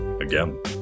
again